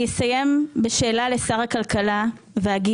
אסיים בשאלה לשר הכלכלה ואומר